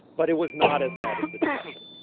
but it was not as bad as the depression